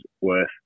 worth